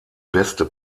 beste